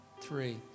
Three